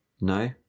No